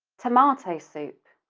tomato soup.